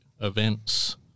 events